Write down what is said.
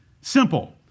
simple